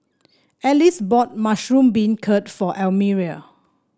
Alyce bought Mushroom Beancurd for Elmire